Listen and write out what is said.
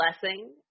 blessing